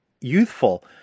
youthful